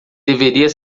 deveria